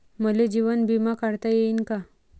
मले जीवन बिमा काढता येईन का?